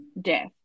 death